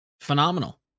phenomenal